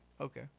Okay